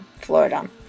Florida